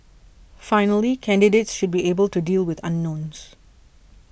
finally candidates should be able to deal with unknowns